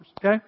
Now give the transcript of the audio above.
Okay